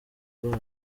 bose